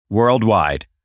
Worldwide